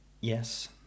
yes